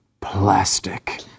plastic